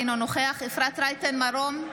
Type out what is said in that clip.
אינו נוכח אפרת רייטן מרום,